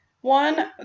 one